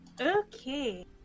Okay